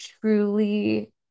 truly